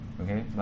Okay